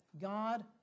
God